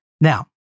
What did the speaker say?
Now